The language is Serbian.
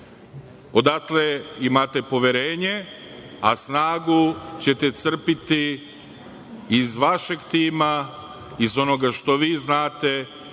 Odatle imate poverenje, a snagu ćete crpiti iz vašeg tima, iz onoga što vi znate,